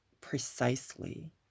precisely